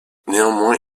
néanmoins